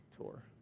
Tour